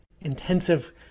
intensive